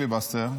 הביתה.